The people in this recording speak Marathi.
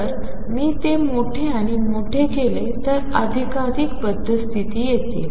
जर मी ते मोठे आणि मोठे केले तर अधिकाधिक बद्ध स्तिथी येतील